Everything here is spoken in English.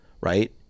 right